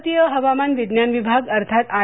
भारतीय हवामान विज्ञान विभाग अर्थात आय